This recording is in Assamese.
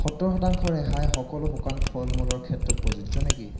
সত্তৰ শতাংশ ৰেহাই সকলো শুকান ফল মূলৰ ক্ষেত্ৰতে প্ৰযোজ্য নেকি